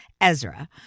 Ezra